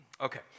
Okay